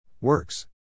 Works